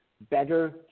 better